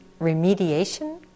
remediation